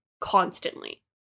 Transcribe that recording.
constantly